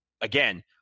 again